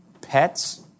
Pets